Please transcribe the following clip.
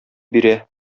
бирә